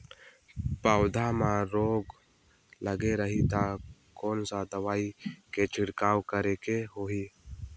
पौध मां रोग लगे रही ता कोन सा दवाई के छिड़काव करेके होही?